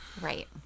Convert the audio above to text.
Right